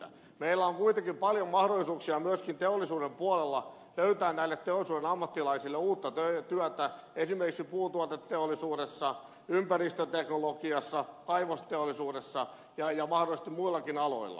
meillä on kuitenkin paljon mahdollisuuksia myöskin teollisuuden puolella löytää näille teollisuuden ammattilaisille uutta työtä esimerkiksi puutuoteteollisuudessa ympäristöteknologiassa kaivosteollisuudessa ja mahdollisesti muillakin aloilla